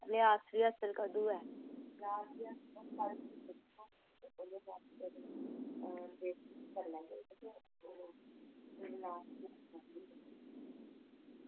last rehearsal कड्ढियै